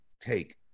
take